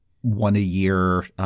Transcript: one-a-year